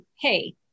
Hey